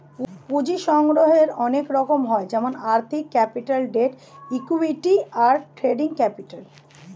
পুঁজির সংগ্রহের অনেক রকম হয় যেমন আর্থিক ক্যাপিটাল, ডেট, ইক্যুইটি, আর ট্রেডিং ক্যাপিটাল